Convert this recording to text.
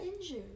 injured